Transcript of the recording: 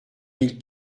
mille